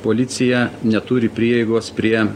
policija neturi prieigos prie